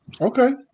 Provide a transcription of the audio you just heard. Okay